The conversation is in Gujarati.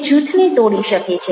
તે જૂથને તોડી શકે છે